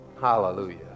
Hallelujah